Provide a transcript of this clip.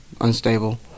Unstable